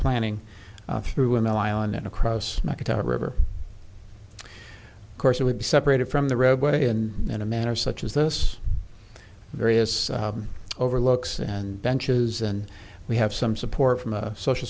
planning through an island then across the top river course it would be separated from the roadway and in a manner such as this various overlooks and benches and we have some support from a social